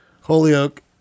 Holyoke